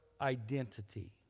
identity